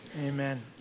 Amen